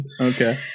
Okay